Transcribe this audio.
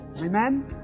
Amen